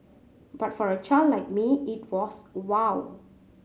but for a child like me it was wow